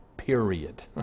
period